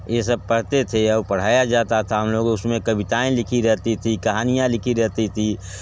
ये सब पढ़ते थे और पढ़ाया जाता था हम लोग उसमें कविताएं लिखी जाती थी कहानियाँ लिखी जाती थी